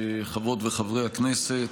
חברות וחברי הכנסת,